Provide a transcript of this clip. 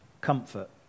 comfort